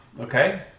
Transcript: Okay